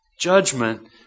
judgment